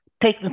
Take